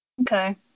Okay